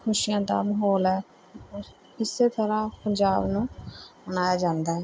ਖੁਸ਼ੀਆਂ ਦਾ ਮਾਹੌਲ ਹੈ ਇਸ ਤਰ੍ਹਾਂ ਪੰਜਾਬ ਨੂੰ ਮਨਾਇਆ ਜਾਂਦਾ ਹੈ